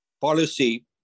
policy